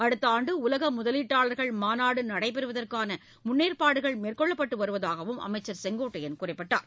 அடுத்த ஆண்டு உலக முதலீட்டாளர்கள் மாநாடு நடைபெறுவதற்கான முன்னேற்பாடுகள் மேற்கொள்ளப்பட்டு வருவதாக அமைச்சர் குறிப்பிட்டார்